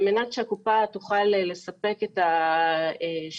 על מנת שהקופה תוכל לספק את השירות,